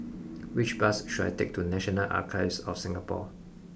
which bus should I take to National Archives of Singapore